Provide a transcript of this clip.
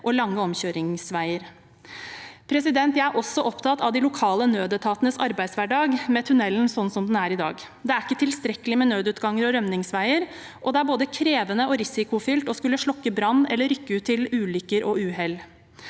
og lange omkjøringsveier. Jeg er også opptatt av de lokale nødetatenes arbeidshverdag med tunnelen, slik som den er i dag. Det er ikke tilstrekkelig med nødutganger og rømningsveier, og det er både krevende og risikofylt å skulle slukke brann eller rykke ut til ulykker og uhell.